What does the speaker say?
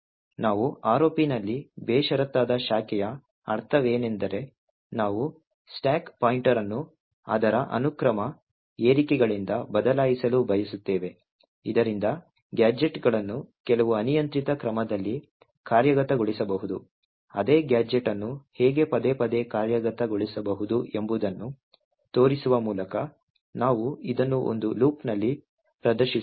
ನಾವು ROP ನಲ್ಲಿ ಬೇಷರತ್ತಾದ ಶಾಖೆಯ ಅರ್ಥವೇನೆಂದರೆ ನಾವು ಸ್ಟಾಕ್ ಪಾಯಿಂಟರ್ ಅನ್ನು ಅದರ ಅನುಕ್ರಮ ಏರಿಕೆಗಳಿಂದ ಬದಲಾಯಿಸಲು ಬಯಸುತ್ತೇವೆ ಇದರಿಂದ ಗ್ಯಾಜೆಟ್ಗಳನ್ನು ಕೆಲವು ಅನಿಯಂತ್ರಿತ ಕ್ರಮದಲ್ಲಿ ಕಾರ್ಯಗತಗೊಳಿಸಬಹುದು ಅದೇ ಗ್ಯಾಜೆಟ್ ಅನ್ನು ಹೇಗೆ ಪದೇ ಪದೇ ಕಾರ್ಯಗತಗೊಳಿಸಬಹುದು ಎಂಬುದನ್ನು ತೋರಿಸುವ ಮೂಲಕ ನಾವು ಇದನ್ನು ಒಂದು ಲೂಪ್ ನಲ್ಲಿ ಪ್ರದರ್ಶಿಸುತ್ತೇವೆ